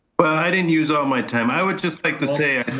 but i didn't use all my time. i would just like to say.